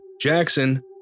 Jackson